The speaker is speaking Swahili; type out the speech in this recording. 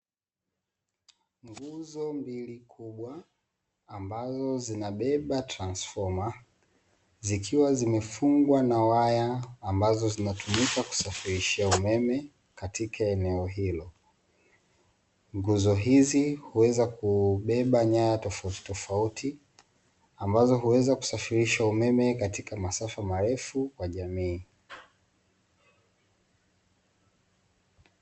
Nguzo mbili kubwa ambazo zinabeba transfoma, zikiwa zimefungwa na waya ambazo zinatumika kusafirishia umeme katika eneo hilo. Nguzo hizi huweza kubeba nyaya tofauti tofauti ambazo huweza kusafirisha umeme katika masafa marefu kwa jamii.